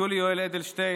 יולי יואל אדלשטיין,